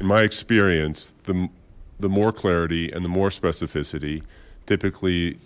in my experience the the more clarity and the more specificity typically